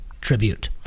tribute